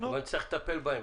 אבל צריך לטפל בהם.